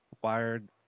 wired